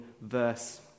verse